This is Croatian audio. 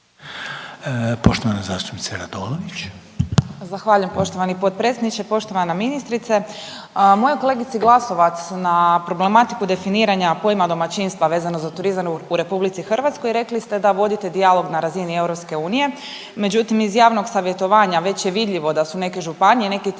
Poštovana zastupnica Radolović.